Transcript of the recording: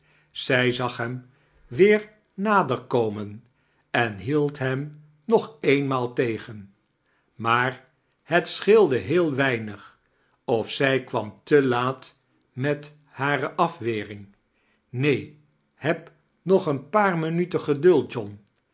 zij zag hem weer nader komen en hield hem nog eenmaal tegen maar het scheelde heel weinig of zij kwam te laat met hare afwering neen heb nog een paar minuten geduld john